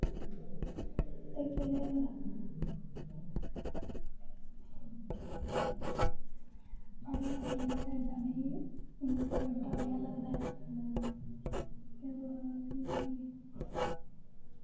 ते फिर केह् बोलदे प्हाड़ी इलाके आह्ली साइड जाना गी मिगी इक डर जेहा लगदा ऐ